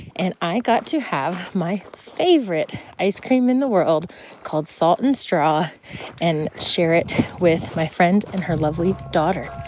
and i got to have my favorite ice cream in the world called salt and straw and share it with my friend and her lovely daughter.